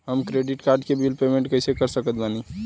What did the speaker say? हमार credit card के bill payment कइसे कर सकत बानी?